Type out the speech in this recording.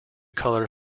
color